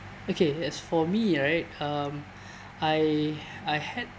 okay as for me right um I I had